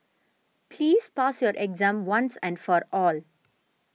please pass your exam once and for all